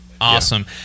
awesome